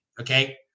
Okay